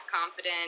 confident